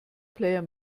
player